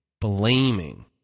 blaming